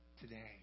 today